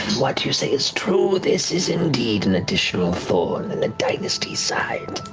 what you say is true, this is indeed an additional thorn in the dynasty's side.